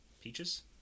peaches